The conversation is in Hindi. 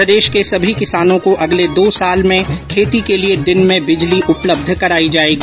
प्रदेश के सभी किसानों को अगले दो साल में खेती के लिए दिन में बिजली उपलब्ध कराई जाएगी